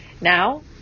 Now